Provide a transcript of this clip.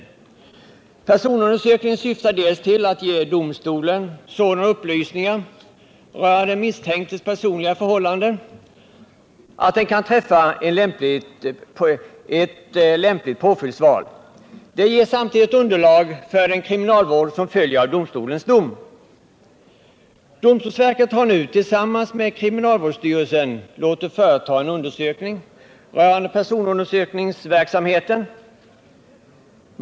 Personundersökningen syftar dels till att ge domstolen sådana upplysningar rörande den misstänktes personliga förhållanden att den kan träffa ett lämpligt påföljdsval. Den ger samtidigt underlag för den kriminalvård som följer av domstolens dom. Domstolsverket har nu tillsammans med kriminalvårdsstyrelsen låtit företa en undersökning rörande personundersökningsverksamheten.